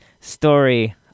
story